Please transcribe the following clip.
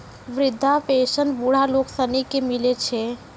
वृद्धा पेंशन बुढ़ा लोग सनी के मिलै छै